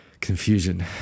Confusion